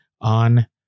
on